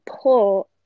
pull